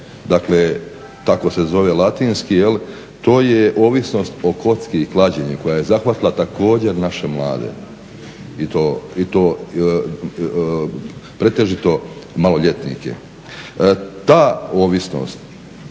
Dakle, tako se zove latinski jel', to je ovisnost o kocki i klađenju koja je zahvatila također naše mlade i to pretežito maloljetnike.